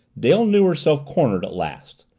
dale knew herself cornered at last.